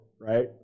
Right